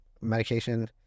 medication